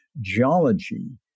geology